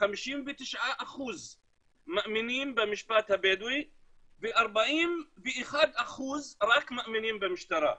59% מאמינים במשפט הבדואי ו-41% רק מאמינים במשטרה.